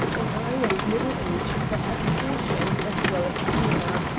an eye of middle age that had caution as well as humour.